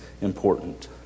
important